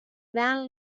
gran